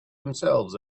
themselves